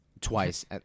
twice